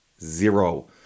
Zero